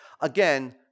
again